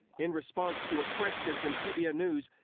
in response to a question from cbn news,